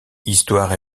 histoire